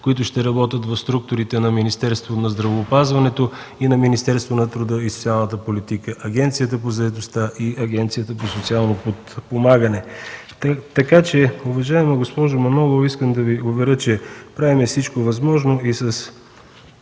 които ще работят в структурите на Министерството на здравеопазването и на Министерството на труда и социалната политика, Агенцията по заетостта и Агенцията по социално подпомагане. Уважаема госпожо Манолова, искам да Ви уверя, че правим всичко възможно и с